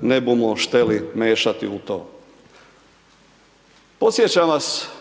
ne bumo šteli mešati u to. Podsjećam vas